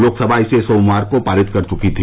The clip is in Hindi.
लोकसभा इसे सोमवार को पारित कर चुकी भी